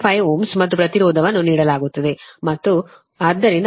5 Ω ಮತ್ತು ಪ್ರತಿರೋಧವನ್ನು ನೀಡಲಾಗುತ್ತದೆ ಮತ್ತು ಆದ್ದರಿಂದ ಪ್ರತಿರೋಧವು 25